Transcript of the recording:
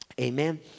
Amen